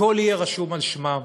הכול יהיה רשום על שמם.